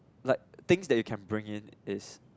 like things that you can bring in is